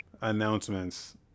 announcements